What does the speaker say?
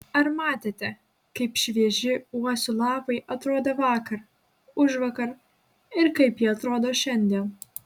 ar matėte kaip švieži uosių lapai atrodė vakar užvakar ir kaip jie atrodo šiandien